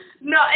No